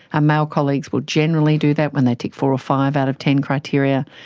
male colleagues will generally do that when they tick four or five out of ten criteria,